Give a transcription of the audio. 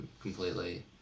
completely